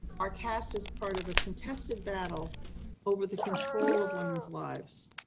are cast as part of a contested battle over the control of women's lives,